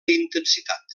intensitat